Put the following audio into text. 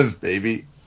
baby